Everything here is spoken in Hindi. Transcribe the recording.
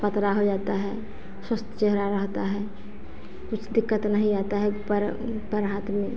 पतरा हो जाता है स्वस्थ चेहरा रहता है कुछ दिक्कत नहीं आता है ऊपर पर हाथ में